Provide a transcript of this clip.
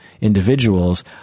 individuals